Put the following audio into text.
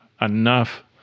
enough